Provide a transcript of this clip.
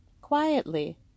quietly